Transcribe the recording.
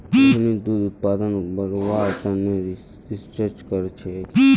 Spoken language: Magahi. रोहिणी दूध उत्पादन बढ़व्वार तने रिसर्च करछेक